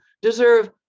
deserve